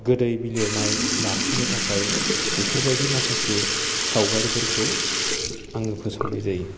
गोदै बिलिरनाय लाफिनो थाखाय बेफोरबायदि माखासे सावगारिफोरखौ आङो फोसावनाय जायो